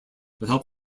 help